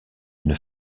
une